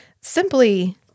simply